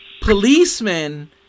policemen